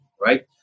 right